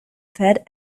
fat